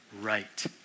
right